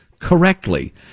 Correctly